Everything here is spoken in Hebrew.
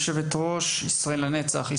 יושבת ראש ארגון ישראל לנצח,